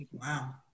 Wow